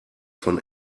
von